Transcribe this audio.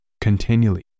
continually